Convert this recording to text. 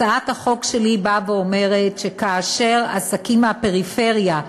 הצעת החוק שלי באה ואומרת שכאשר עסקים מהפריפריה,